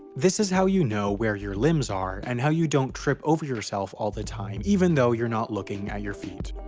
this is how you know where your limbs are and how you don't trip over yourself all the time even though you're not looking at your feet.